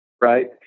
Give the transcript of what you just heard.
right